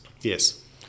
Yes